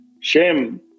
shame